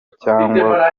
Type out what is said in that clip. cyangwa